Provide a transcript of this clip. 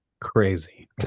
Crazy